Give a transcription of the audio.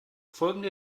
folgende